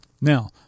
Now